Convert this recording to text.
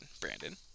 Brandon